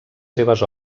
seves